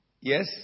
Yes